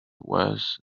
worse